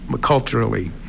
culturally